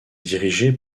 dirigé